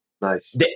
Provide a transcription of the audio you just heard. nice